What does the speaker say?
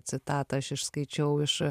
citatą aš išskaičiau iš